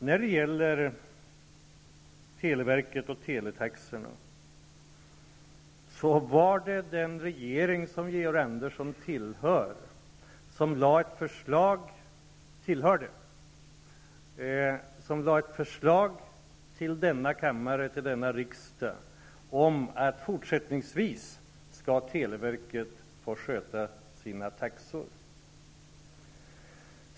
När det gäller televerket och teletaxorna var det den regering som Georg Andersson tillhörde som lade ett förslag till denna kammare och till denna riksdag om att televerket fortsättningsvis skall få sköta sina taxor.